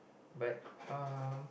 but um